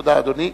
תודה, אדוני.